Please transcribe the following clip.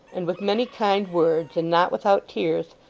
and with many kind words, and not without tears,